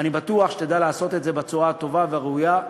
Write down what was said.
ואני בטוח שתדע לעשות את זה בצורה הטובה והראויה.